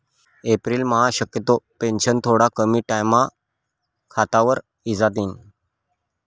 एप्रिलम्हा शक्यतो पेंशन थोडा कमी टाईमम्हा खातावर इजातीन